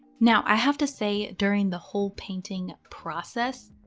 now i have to say during the whole painting process,